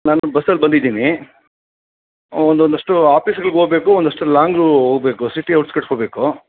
ನಾನು ಬಸ್ಸಲ್ಲಿ ಬಂದಿದ್ದೀನಿ ಒಂದೊಂದಷ್ಟು ಆಫೀಸ್ಗಳಿಗೆ ಹೋಗಬೇಕು ಒಂದಷ್ಟು ಲಾಂಗು ಹೋಗಬೇಕು ಸಿಟಿ ಔಟ್ಸ್ಕರ್ಟ್ಸ್ ಹೋಗಬೇಕು